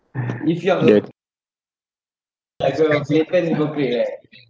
if you might as well blatant hypocrite leh